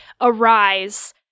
arise